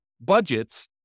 budgets